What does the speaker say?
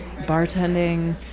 bartending